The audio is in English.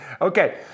Okay